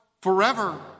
forever